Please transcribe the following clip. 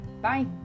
Bye